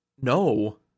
No